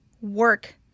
work